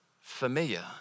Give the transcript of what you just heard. familiar